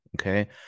Okay